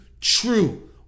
true